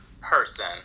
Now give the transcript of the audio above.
person